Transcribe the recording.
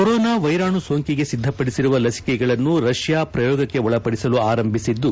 corona ವೈರಾಣು ಸೋಂಕಿಗೆ ಸಿದ್ದಪಡಿಸಿರುವ ಲಸಿಕೆಗಳನ್ನು ರಷ್ಯಾ ಪ್ರಯೋಗಕ್ಕೆ ಒಳಪಡಿಸಲು ಆರಂಭಿಸಿದ್ದು